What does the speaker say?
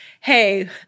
hey